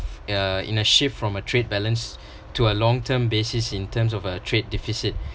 uh in a shift from a trade balance to a long term basis in terms of a trade deficit